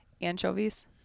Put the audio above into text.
Anchovies